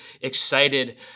excited